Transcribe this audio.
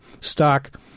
stock